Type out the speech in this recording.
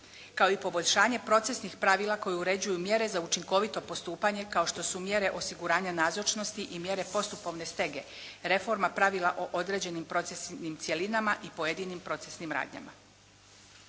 kao i poboljšanje procesnih pravila koju uređuju mjere za učinkovito postupanje kao što su mjere osiguranja nazočnosti i mjere postupovne stege, reforme pravila o određenim procesnim cjelinama i pojedinim procesnim radnjama.